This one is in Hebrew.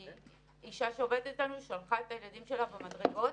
אישה שעובדת איתנו שלחה את הילדים שלה במדרגות,